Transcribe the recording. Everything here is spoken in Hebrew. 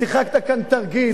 ושיחקת כאן תרגיל.